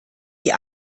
die